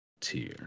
tier